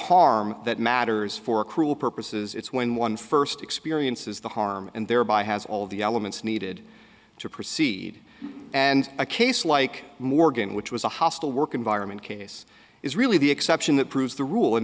harm that matters for cruel purposes it's when one first experiences the harm and thereby has all of the elements needed to proceed and a case like morgan which was a hostile work environment case is really the exception that proves the rule in